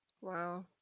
Wow